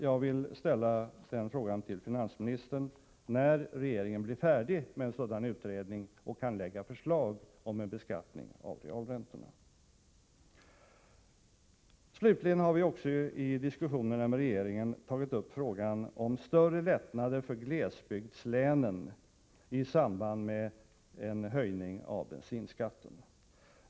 Jag vill fråga finansministern när regeringen blir färdig med en sådan utredning och kan lägga fram förslag om en beskattning av realräntorna. Slutligen har vi i diskussionerna med regeringen tagit upp frågan om större lättnader för glesbygdslänen i samband med en höjning av bensinskatten.